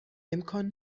امکان